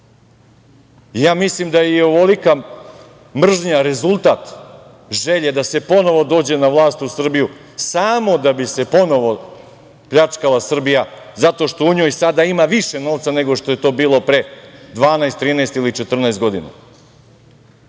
mislim da je i ovolika mržnja rezultat želje da se ponovo dođe na vlast u Srbiju samo da bi se ponovo pljačkala Srbija, zato što u njoj sada ima više novca nego što je to bilo pre 12, 13 ili 14 godina.